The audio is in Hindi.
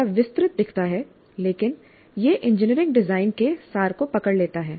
थोड़ा विस्तृत दिखता है लेकिन यह इंजीनियरिंग डिजाइन के सार को पकड़ लेता है